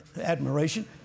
admiration